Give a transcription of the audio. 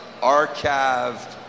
archived